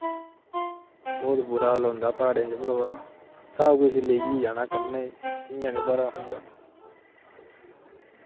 बहूत बुरा हाल होंदा प्हाड़ें च भ्रावा सब किश लेइयै जाना कन्नै इ'यां नेईं बारा खंदा